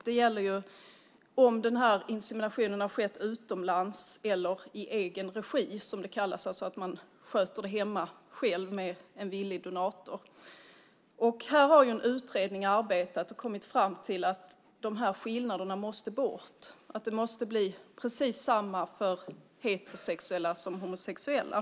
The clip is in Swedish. Det gäller om inseminationen har skett utomlands eller i "egen regi" som det kallas, alltså att man sköter det själv hemma med en villig donator. Här har en utredning arbetat och kommit fram till att de här skillnaderna måste bort. Det måste bli precis samma regler för heterosexuella som för homosexuella.